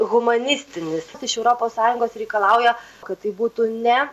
humanistinis iš europos sąjungos reikalauja kad tai būtų ne